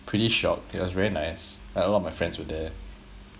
pretty shocked it was very nice like a lot of my friends were there